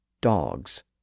Dog's